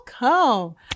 Welcome